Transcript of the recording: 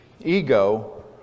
ego